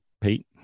Pete